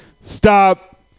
Stop